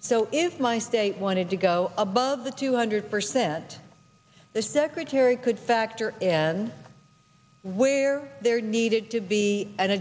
so if my state wanted to go above the two hundred percent the secretary could factor in where they're needed to be an